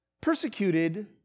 persecuted